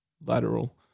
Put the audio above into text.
lateral